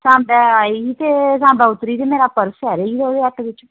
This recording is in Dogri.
सांबा आई ही ते सांबा उतरी ते मेरा पर्स ऐ रेही गेआ आटो बिच्च